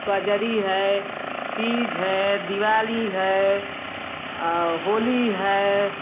कजरी है तीज है दिवाली है होली है